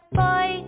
boy